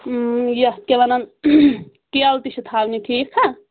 یَتھ کیاہ وَنان کیلہٕ تہِ چھِ تھاونہِ ٹھیٖک ہا